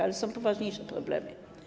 Ale są poważniejsze problemy.